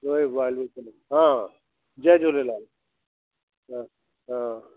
हा जय झूलेलाल हा हा